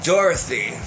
Dorothy